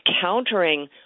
countering